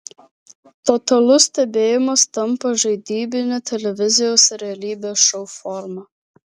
totalus stebėjimas tampa žaidybine televizijos realybės šou forma